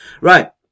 Right